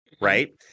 right